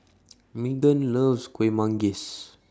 Meghan loves Kuih Manggis